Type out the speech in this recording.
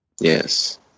Yes